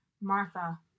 martha